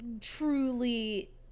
truly